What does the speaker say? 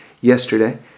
yesterday